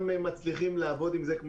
לכן אני צריך לקבל את המידע הזה.